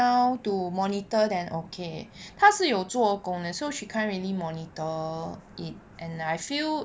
now to monitor then okay 她是有做工的 so she can't really monitor it and I feel